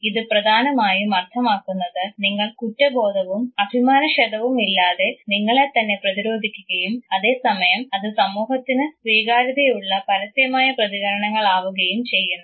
ഇത് പ്രധാനമായും അർത്ഥമാക്കുന്നത് നിങ്ങൾ കുറ്റബോധവും അഭിമാനക്ഷതവും ഇല്ലാതെ നിങ്ങളെ തന്നെ പ്രതിരോധിക്കുകയും അതേസമയം അത് സമൂഹത്തിന് സ്വീകാര്യതയുള്ള പരസ്യമായ പ്രതികരണങ്ങൾ ആവുകയും ചെയ്യുന്നു